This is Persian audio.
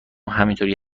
همینطوری